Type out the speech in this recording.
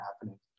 happening